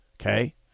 Okay